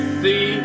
see